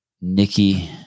Nikki